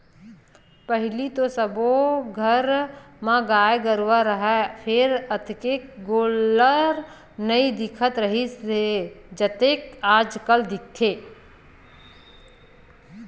पहिली तो सब्बो घर म गाय गरूवा राहय फेर अतेक गोल्लर नइ दिखत रिहिस हे जतेक आजकल दिखथे